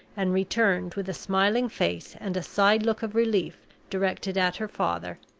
and returned with a smiling face and a side look of relief directed at her father,